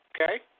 Okay